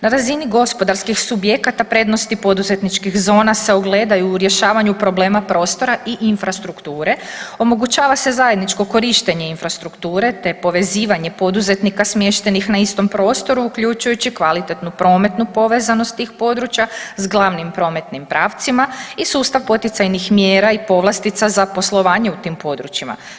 Na razini gospodarskih subjekata prednosti poduzetničkih zona se ogledaju u rješavanju problema prostora i infrastrukture, omogućava se zajedničko korištenje infrastrukture te povezivanje poduzetnika smještenih na istom prostoru uključujući kvalitetnu prometnu povezanost tih područja s glavnim prometnim pravcima i sustav poticajnih mjera i povlastica za poslovanje u tim područjima.